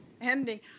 ending